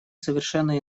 совершенно